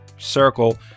circle